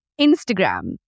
Instagram